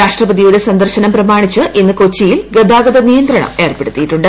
രാഷ്ട്രപതിയുടെ സന്ദർശനം പ്രമാണിച്ച് ഇപ്പ് കൊച്ചിയിൽ ഗതാഗത നിയന്ത്രണം ഏർപ്പെടുത്തിയിട്ടുണ്ട്